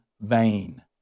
vain